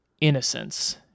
innocence